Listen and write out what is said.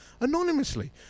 anonymously